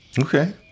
Okay